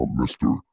Mr